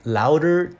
louder